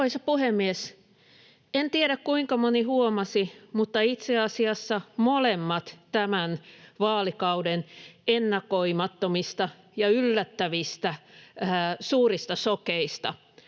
Arvoisa puhemies! En tiedä, kuinka moni huomasi, mutta itse asiassa molemmat tämän vaalikauden ennakoimattomista ja yllättävistä suurista šokeista,